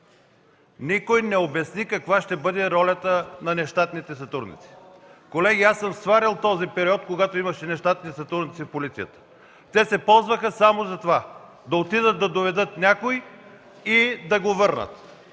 Никой не обясни каква ще бъде ролята на нещатните сътрудници. Колеги, аз съм сварил този период, когато имаше нещатни сътрудници в полицията. Те се ползваха само за това – да отидат да доведат някой и да го върнат,